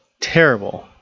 terrible